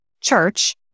church